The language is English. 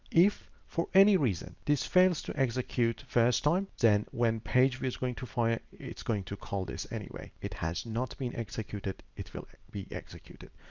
if any reason this fails to execute first time, then when page was going to fire it's going to call this anyway it has not been executed, it will be executed.